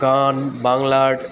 গান বাংলার